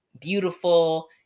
beautiful